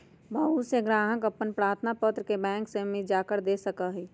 बहुत से ग्राहक अपन प्रार्थना पत्र के बैंक में भी जाकर दे सका हई